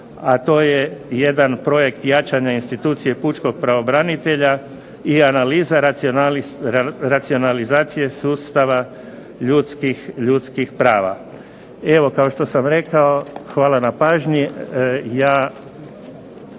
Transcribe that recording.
a to je jedan projekt jačanja institucije Pučkog pravobranitelja i analiza racionalizacije sustava ljudskih prava. Evo, kao što sam rekao, hvala na pažnji.